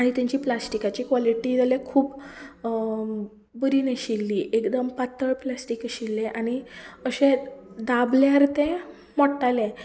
आनी तेंची प्लास्टिकाची कॉलिटी जाल्यार खूब बरी नाशिल्ली एकदम पातळ प्लास्टीक आशिल्लें आनी अशें धामल्यार तें मोडटालें